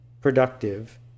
productive